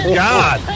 god